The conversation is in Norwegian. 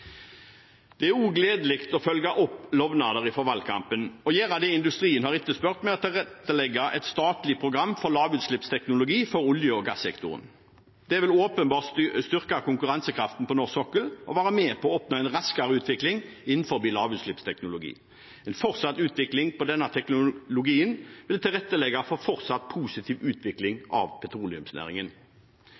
Det er også gledelig å følge opp lovnader fra valgkampen og gjøre det industrien har etterspurt med hensyn til å tilrettelegge for et statlig program for lavutslippsteknologi for olje- og gassektoren. Det vil åpenbart styrke konkurransekraften på norsk sokkel og være med på at vi oppnår en raskere utvikling innenfor lavutslippsteknologi. En fortsatt utvikling av denne teknologien vil tilrettelegge for en fortsatt positiv utvikling av petroleumsnæringen.